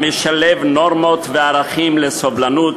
המשלב נורמות וערכים של סובלנות,